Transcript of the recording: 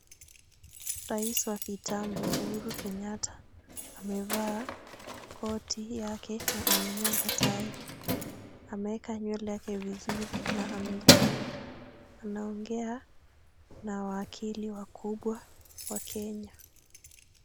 Rais wa kitambo Uhuru Kenyatta amevaa koti yake na amenyonga tai. Ameeka nywele yake vizuri na ameichana. Anaongea na wakili wakubwa wa Kenya.